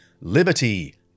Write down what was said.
liberty